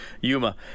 Yuma